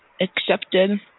accepted